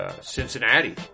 Cincinnati